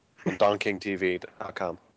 DonkingTV.com